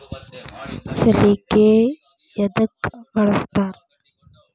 ಸಲಿಕೆ ಯದಕ್ ಬಳಸ್ತಾರ?